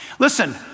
Listen